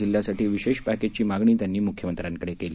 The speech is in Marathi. जिल्ह्यासाठी विश पॅक्ज्ची मागणी त्यांनी मुख्यमंत्र्यांकड कली